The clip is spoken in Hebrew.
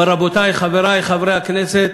אבל, רבותי חברי חברי הכנסת